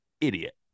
idiot